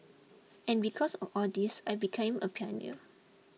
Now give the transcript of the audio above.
and because of all this I became a pioneer